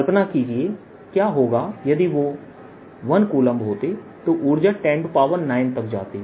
कल्पना कीजिए क्या होगा यदि वे 1 कूलम्ब होते तो ऊर्जा 109 तक जाती